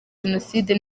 jenoside